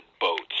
boats